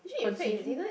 considering